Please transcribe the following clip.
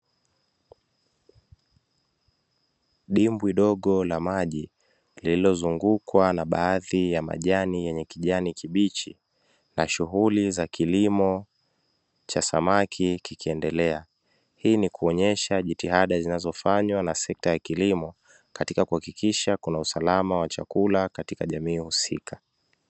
Dimbwi dogo la maji lililozungukwa na baadhi ya majani ya kijani kibichi, na shughuli za kilimo cha samaki kikiendelea, hii ni kuonyesha jitihada zinazofanywa na sekta ya kilimo, katika kuhakikisha kuna usalama wa chakula katika jamii husika.